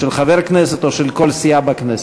או של כל סיעה בכנסת.